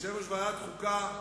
יושב-ראש ועדת החוקה,